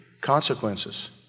consequences